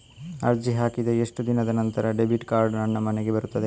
ಅರ್ಜಿ ಹಾಕಿದ ಎಷ್ಟು ದಿನದ ನಂತರ ಡೆಬಿಟ್ ಕಾರ್ಡ್ ನನ್ನ ಮನೆಗೆ ಬರುತ್ತದೆ?